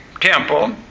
temple